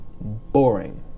Boring